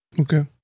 Okay